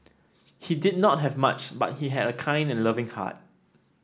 he did not have much but he had a kind and loving heart